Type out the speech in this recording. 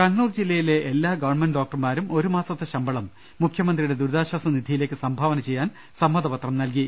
കണ്ണൂർ ജില്ലയിലെ എല്ലാ ഗവൺമെന്റ് ഡോക്ടർമാരും ഒരു മാ സ ത്തെ ശമ്പളം മുഖ്യമന്ത്രിയുടെ ദുരിതാശ്വാസ നിധിയിലേക്ക് സംഭാവന ചെയ്യാൻ സമ്മതപത്രം നൽകി